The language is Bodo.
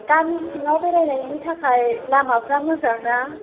गामि सिङाव बेरायनायनि थाखाय लामाफोरा मोजांना